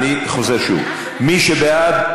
אני חוזר שוב: מי שבעד,